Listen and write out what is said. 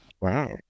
Wow